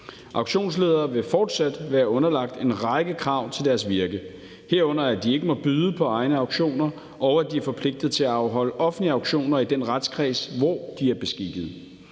Auktionsledere vil fortsat være underlagt en række krav til deres virke, herunder at de ikke må byde på egne auktioner og at de er forpligtet til at afholde offentlige auktioner i den retskreds, hvor de er beskikket.